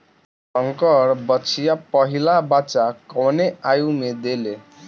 संकर बछिया पहिला बच्चा कवने आयु में देले?